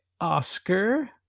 Oscar